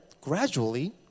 gradually